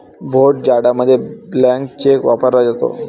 भोट जाडामध्ये blank cheque वापरला जातो